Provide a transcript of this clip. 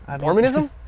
Mormonism